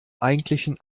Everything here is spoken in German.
eigentlichen